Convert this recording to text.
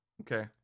Okay